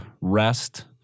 rest